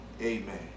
Amen